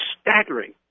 staggering